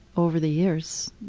over the years,